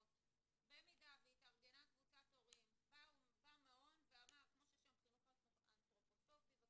במידה והתארגנה קבוצת הורים במעון כמו שישי חינוך אנתרופוסופי אבל